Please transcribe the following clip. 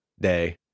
day